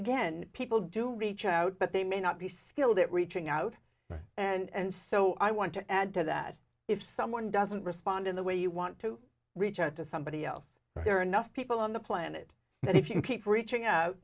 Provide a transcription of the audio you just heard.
again people do reach out but they may not be skilled at reaching out right and so i want to add to that if someone doesn't respond in the way you want to reach out to somebody else there are enough people on the planet that if you keep reaching out